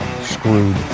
screwed